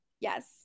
Yes